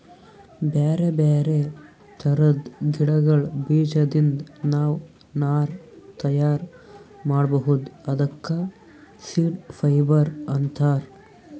ಬ್ಯಾರೆ ಬ್ಯಾರೆ ಥರದ್ ಗಿಡಗಳ್ ಬೀಜದಿಂದ್ ನಾವ್ ನಾರ್ ತಯಾರ್ ಮಾಡ್ಬಹುದ್ ಅದಕ್ಕ ಸೀಡ್ ಫೈಬರ್ ಅಂತಾರ್